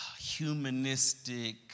humanistic